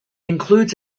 includes